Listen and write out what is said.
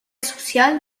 social